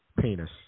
penis